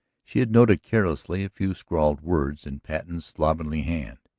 she had noted carelessly a few scrawled words in patten's slovenly hand.